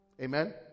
Amen